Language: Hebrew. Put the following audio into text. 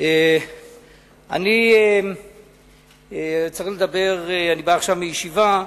אני בא עכשיו מישיבה,